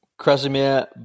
Krasimir